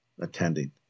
attending